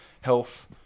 health